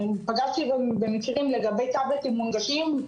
פגשתי במקרים לגבי טאבלטים מונגשים.